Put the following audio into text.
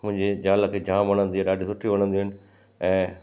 मुंहिंजी जाल खे जाम वणंदी आहे ॾाढी सुठी वणंदियूं आहिनि ऐं